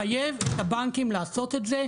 לחייב את הבנקים לעשות את זה.